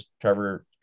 Trevor